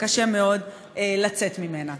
וקשה מאוד לצאת ממנה.